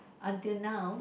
until now